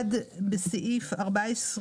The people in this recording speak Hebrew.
אחד זה בסעיף